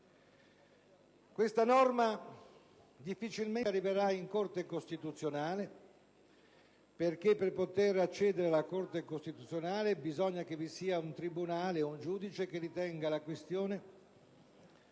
questa norma difficilmente arriverà in Corte costituzionale perché per poter accedere ad essa bisogna che vi sia un tribunale, un giudice che ritenga la questione